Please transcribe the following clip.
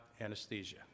anesthesia